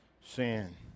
Sin